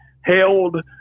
held